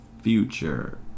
future